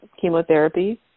chemotherapy